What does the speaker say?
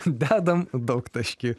dedam daugtaškį